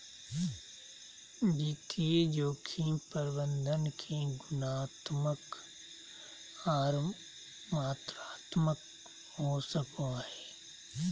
वित्तीय जोखिम प्रबंधन गुणात्मक आर मात्रात्मक हो सको हय